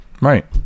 Right